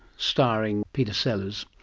starring peter sellers,